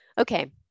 Okay